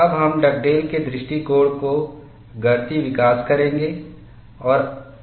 अब हम डगडेल के दृष्टिकोण का गणितीय विकास करेंगे